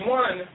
one